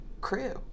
crew